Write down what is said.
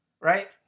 right